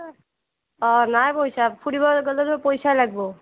অ নাই পইছা সুধিবলৈ গ'লেতো পইছাই লাগিব